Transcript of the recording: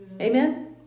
Amen